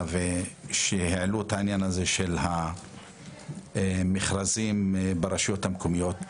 ושהעלו את העניין הזה של המכרזים ברשויות המקומיות.